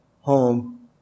home